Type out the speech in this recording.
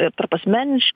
ir tarp asmeniš